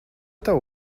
tavu